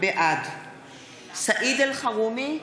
בעד סעיד אלחרומי,